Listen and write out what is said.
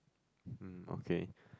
um okay